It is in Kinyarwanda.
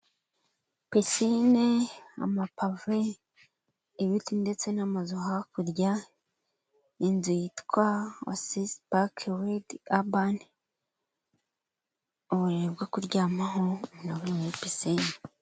Pisine, amapave, ibiti ndetse n'amazu hakurya y'inzu yitwa wasisi bake wid abani, uburiri bwo kuryamaho nabwo buri picine.